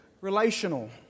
relational